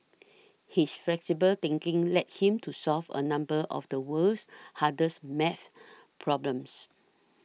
his flexible thinking led him to solve a number of the world's hardest math problems